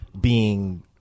being-